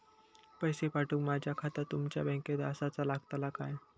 पैसे पाठुक माझा खाता तुमच्या बँकेत आसाचा लागताला काय?